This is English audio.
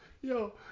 Yo